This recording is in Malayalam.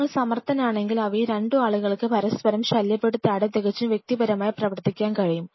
നിങ്ങൾ സമർത്ഥനാണെങ്കിൽ അവയിൽ 2 ആളുകൾക്ക് പരസ്പരം ശല്യപ്പെടുത്താതെ തികച്ചും വ്യക്തിപരമായി പ്രവർത്തിക്കാൻ കഴിയും